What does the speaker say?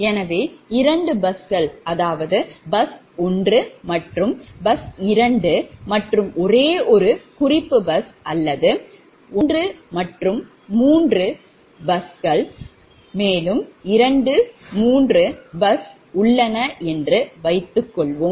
எனவே 2 busகள் பஸ் 1 மற்றும் பஸ் 2 மற்றும் ஒரே ஒரு குறிப்பு பஸ் அல்லது 1 3 bus மற்றும் 2 3 bus உள்ளன என்று வைத்துக்கொள்வோம்